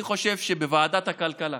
אני חושב שבוועדת הכלכלה